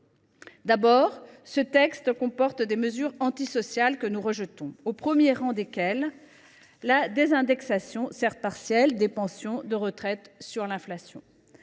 D’abord, parce qu’il comporte des mesures antisociales que nous rejetons, au premier rang desquelles la désindexation – certes partielle – des pensions de retraite sur l’inflation,